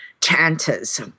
chanters